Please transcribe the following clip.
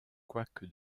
quoique